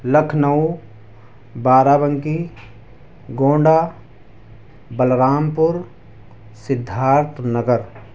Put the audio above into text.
Lucknow Barabanki Gonda Balrampur Siddharth Nagar